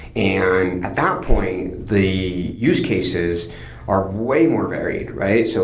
and at that point, the use cases are way more varied, right? so